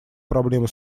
проблему